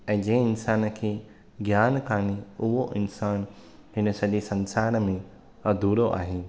ऐं जिंहिं इंसानु खे ज्ञान कान्हे उहो इंसान हिनु सॼे संसारु में अधूरो आहे